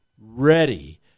ready